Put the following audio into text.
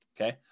okay